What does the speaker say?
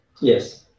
Yes